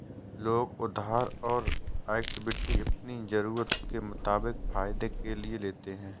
लोग उधार और इक्विटी अपनी ज़रूरत के मुताबिक फायदे के लिए लेते है